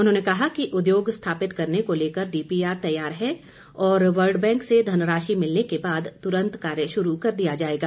उन्होंने कहा कि उद्योग स्थापित करने को लेकर डीपीआर तैयार है और वर्ल्ड बैंक से धनराशि मिलने के बाद तुरंत कार्य शुरू कर दिया जाएगा